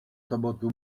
sobotu